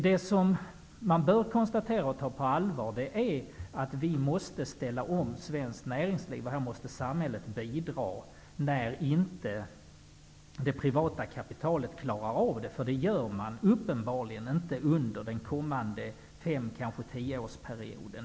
Det som man bör konstatera och ta på allvar är att vi måste ställa om svenskt näringsliv och att samhället måste bidra när det privata kapitalet inte klarar av det, vilket man uppenbarligen inte gör under de kommande fem kanske tio åren.